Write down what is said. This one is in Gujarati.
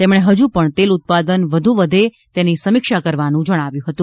તેમણે હજૂ પણ તેલ ઉત્પાદન વધુ વધે તેની સમીક્ષા કરવાનું જણાવ્યું હતું